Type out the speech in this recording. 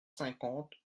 cinquante